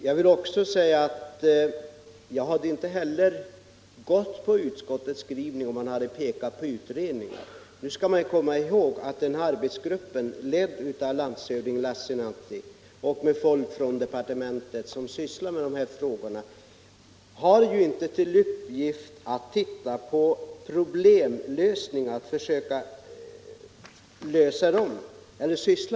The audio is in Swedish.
Om man hade pekat på utredningar, hade jag inte biträtt utskottets skrivning. Man skall komma ihåg att arbetsgruppen, som leds av landshövding Lassinantti och har folk från departementet som sysslar med dessa frågor, inte har till uppgift att arbeta med problemlösningar.